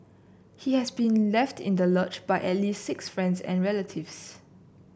he has been left in the lurch by at least six friends and relatives